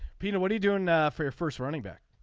peter what are you doing for your first running back.